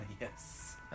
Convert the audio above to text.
Yes